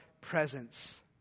presence